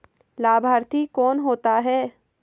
लाभार्थी कौन होता है?